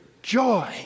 joy